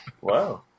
wow